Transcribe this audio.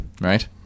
Right